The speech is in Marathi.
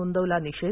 नोंदवला निषेध